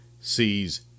sees